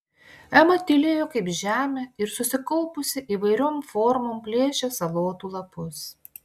ema tylėjo kaip žemė ir susikaupusi įvairiom formom plėšė salotų lapus